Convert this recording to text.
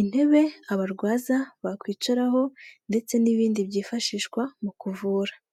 intebe abarwaza bakwicaraho ndetse n'ibindi byifashishwa mu kuvura.